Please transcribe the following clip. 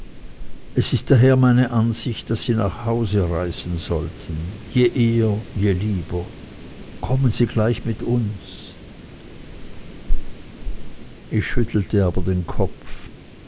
es ist daher meine ansicht daß sie nach haus reisen sollten je eher je lieber kommen sie gleich mit uns ich schüttelte aber den kopf